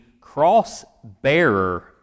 cross-bearer